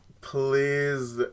please